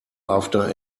after